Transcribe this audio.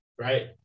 right